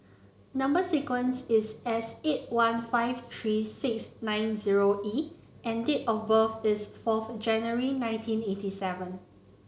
number sequence is S eight one five three six nine zero E and date of birth is fourth January nineteen eighty seven